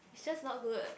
is just not good